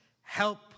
help